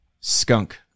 Skunk